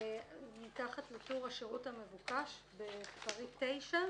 מתחת לטור "השירות המבוקש", בפריט 9,